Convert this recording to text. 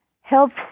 helps